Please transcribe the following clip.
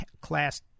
class